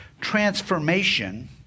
transformation